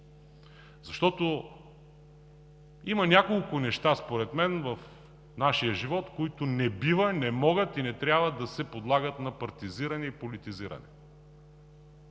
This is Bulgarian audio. Защото има няколко неща според мен в нашия живот, които не бива, не могат и не трябва да се подлагат на партизиране и политизиране.